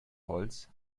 holz